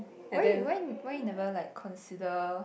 why why why you never like consider